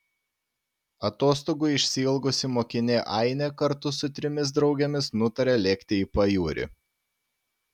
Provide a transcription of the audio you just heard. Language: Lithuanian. atostogų išsiilgusi mokinė ainė kartu su trimis draugėmis nutaria lėkti į pajūrį